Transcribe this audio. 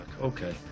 okay